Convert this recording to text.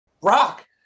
Rock